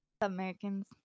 Americans